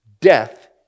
death